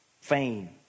fame